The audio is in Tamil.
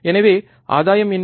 எனவே ஆதாயம் என்ன